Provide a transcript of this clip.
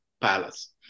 Palace